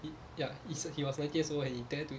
he ya he's he was nineteen years old when he dare to